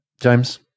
James